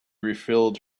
refilled